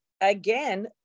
again